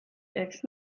eks